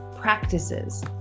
practices